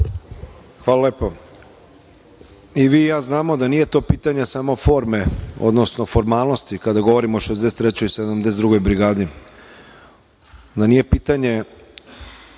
Hvala lepo.I vi i ja znamo da nije to pitanje samo forme, odnosno formalnosti kada govorimo o 63 i 72 brigadi, da nije pitanje